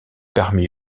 parmi